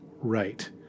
right